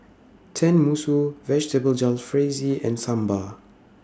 Tenmusu Vegetable Jalfrezi and Sambar